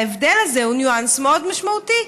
ההבדל הזה הוא ניואנס מאוד משמעותי,